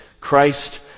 Christ